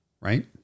right